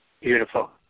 Beautiful